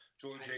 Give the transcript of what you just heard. George